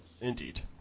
Indeed